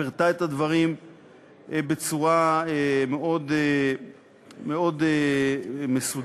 פירטה את הדברים בצורה מאוד מסודרת.